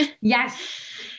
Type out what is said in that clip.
Yes